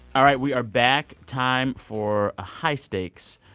all right. we are back. time for a high-stakes,